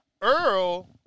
Earl